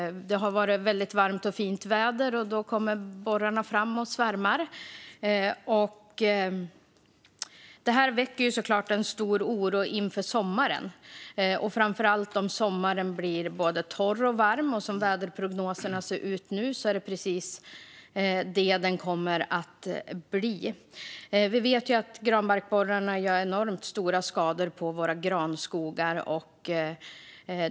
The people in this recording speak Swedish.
Det har varit väldigt varmt och fint väder, och då kommer borrarna fram och svärmar. Detta väcker såklart en stor oro inför sommaren, framför allt om sommaren blir torr och varm. Som väderprognoserna ser ut just nu är det precis det som den kommer att bli. Vi vet att granbarkborrarna gör enormt stor skada på våra granskogar.